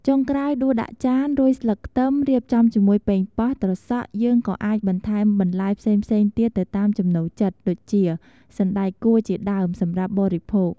ចុងក្រោយ ដួសដាក់ចាន រោយស្លឹកខ្ទឹម រៀបចំជាមួយប៉េងប៉ោះ ត្រសក់ យើងក៏អាចបន្ថែមបន្លែផ្សេងៗទៀតទៅតាមចំណូលចិត្ត ដូចជា សណ្តែកគួរជាដើម សម្រាប់បរិភោគ។